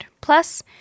Plus